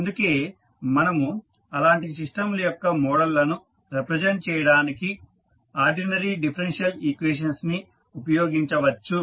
అందుకే మనము అలాంటి సిస్టంల యొక్క మోడల్ లను రిప్రజెంట్ చేయడానికి ఆర్డినరీ డిఫరెన్షియల్ ఈక్వేషన్స్ ని ఉపయోగించవచ్చు